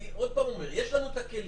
אני עוד פעם אומר, יש לנו את הכלים.